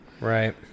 Right